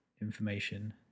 information